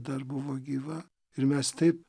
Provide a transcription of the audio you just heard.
dar buvo gyva ir mes taip